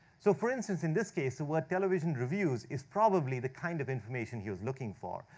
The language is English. so, for instance, in this case, the word, television reviews, is probably the kind of information he was looking for.